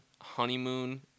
honeymoon